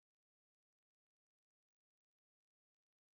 ah so sometime if they need help I just go and help them ah